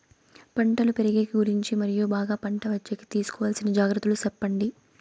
పంటలు పెరిగేకి గురించి మరియు బాగా పంట వచ్చేకి తీసుకోవాల్సిన జాగ్రత్త లు సెప్పండి?